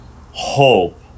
hope